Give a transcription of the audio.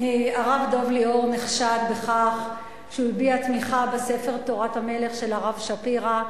הרב דב ליאור נחשד בכך שהוא הביע תמיכה בספר "תורת המלך" של הרב שפירא,